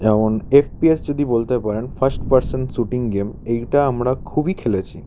যেমন এক্সপ্লেস সিটি বলতে পারেন ফার্স্ট পার্সেন শুটিং গেম এইটা আমরা খুবই খেলেছি